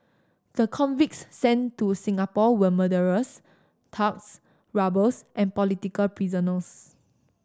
the convicts sent to Singapore were murderers thugs robbers and political prisoners